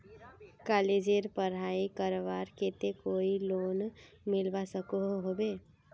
कॉलेजेर पढ़ाई करवार केते कोई लोन मिलवा सकोहो होबे?